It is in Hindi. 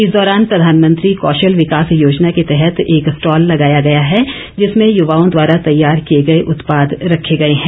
इस दौरान प्रधानमंत्री कौशल विकास योजना के तहत एक स्टॉल लगाया गया है जिसमें युवाओं द्वारा तैयार किए गए उत्पाद रखे गए हैं